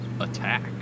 attack